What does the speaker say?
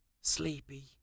Sleepy